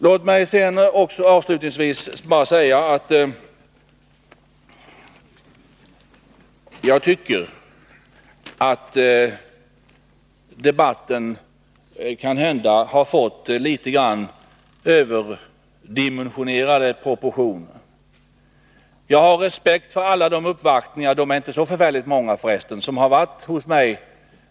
Låt mig avslutningsvis bara säga att debatten kanhända har fått för stora proportioner. Jag har respekt för de synpunkter som framförts vid alla de uppvaktningar som gjorts hos mig — det är inte så förfärligt många för resten.